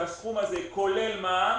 שהסכום הזה כולל מע"מ,